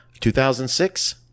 2006